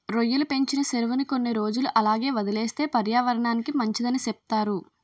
రొయ్యలు పెంచిన సెరువుని కొన్ని రోజులు అలాగే వదిలేస్తే పర్యావరనానికి మంచిదని సెప్తారు